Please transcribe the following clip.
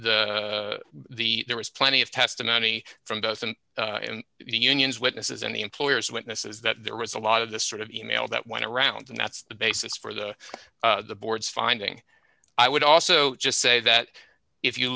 the the there was plenty of testimony from doesn't unions witnesses and the employers witnesses that there was a lot of this sort of e mail that went around and that's the basis for the board's finding i would also just say that if you